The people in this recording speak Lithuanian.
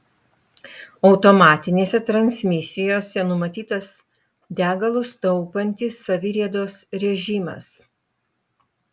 automatinėse transmisijose numatytas degalus taupantis saviriedos režimas